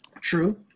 True